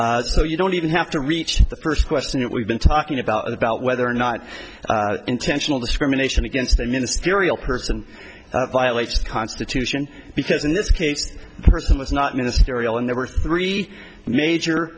and so you don't even have to reach the first question that we've been talking about about whether or not intentional discrimination against a ministerial person violates the constitution because in this case the person was not ministerial and there were three major